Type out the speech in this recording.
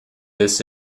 this